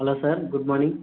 hello sir good morning